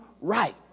right